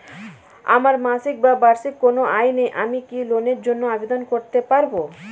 আমার মাসিক বা বার্ষিক কোন আয় নেই আমি কি লোনের জন্য আবেদন করতে পারব?